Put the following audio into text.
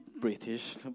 British